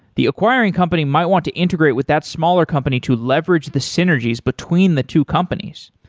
the acquiring company might want to integrate with that smaller company to leverage the synergies between the two companies.